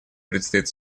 предстоит